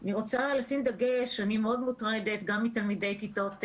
אני מאוד מוטרדת מתלמידי כיתות ז'